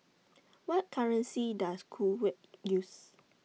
What currency Does Kuwait use